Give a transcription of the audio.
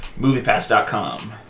moviepass.com